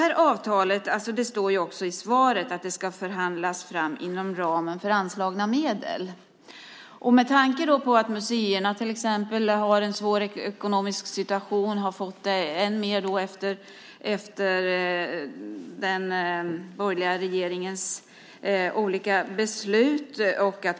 När det gäller avtalet sägs i svaret att det ska förhandlas fram inom ramen för anslagna medel. Museerna, till exempel, har en svår ekonomisk situation, och den har blivit än svårare efter den borgerliga regeringens olika beslut.